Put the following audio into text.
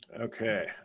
Okay